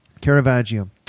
Caravaggio